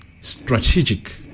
strategic